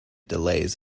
delays